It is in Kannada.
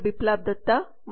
ಬಿಪ್ಲಾಬ್ ದತ್ತDr